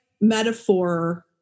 metaphor